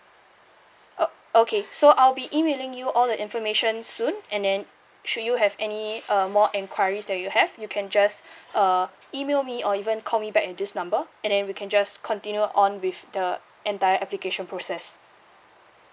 oh okay so I'll be emailing you all the information soon and then should you have any uh more enquiries that you have you can just uh email me or even call me back at this number and then we can just continue on with the entire application process